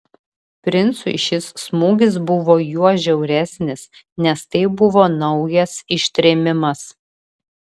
princui šis smūgis buvo juo žiauresnis nes tai buvo naujas ištrėmimas